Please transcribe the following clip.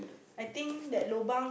I think that lobang